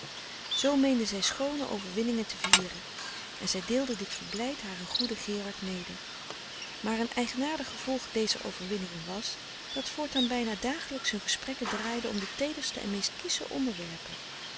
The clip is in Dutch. zoo meende zij schoone overwinningen te vieren en zij deelde dit verblijd haren goeden gerard mede maar een eigenaardig gevolg dezer overwinningen was dat voortaan bijna dagelijks hun gesprekken draaiden om de teederste en meest kiesche onderwerpen